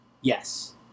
yes